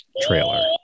trailer